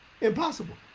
Impossible